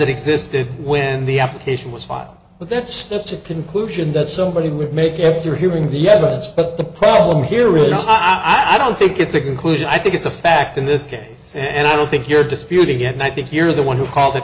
it existed when the application was filed but that's that's a conclusion that somebody would make after hearing the evidence but the problem here is i don't think it's a conclusion i think it's a fact in this case and i don't think you're disputing and i think you're the one who called